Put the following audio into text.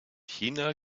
china